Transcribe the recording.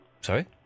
Sorry